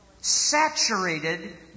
saturated